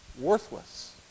worthless